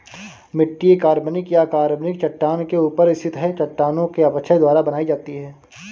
मिट्टी कार्बनिक या अकार्बनिक चट्टान के ऊपर स्थित है चट्टानों के अपक्षय द्वारा बनाई जाती है